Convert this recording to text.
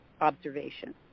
observation